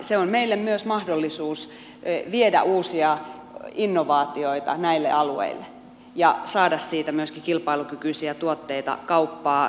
se on meille myös mahdollisuus viedä uusia innovaatioita näille alueille ja saada siitä myöskin kilpailukykyisiä tuotteita kauppaa ja työllisyyttä